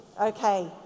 Okay